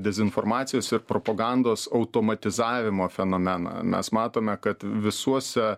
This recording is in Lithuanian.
dezinformacijos ir propagandos automatizavimo fenomeną mes matome kad visuose